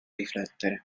riflettere